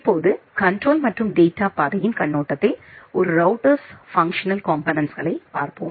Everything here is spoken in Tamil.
இப்போது கண்ட்ரோல் மற்றும் டேட்டா பாதையின் கண்ணோட்டத்தில் ஒரு ரௌட்டர்ஸ் ஃபங்க்ஷனல் காம்போனென்ட்ஸ்களைப் பார்ப்போம்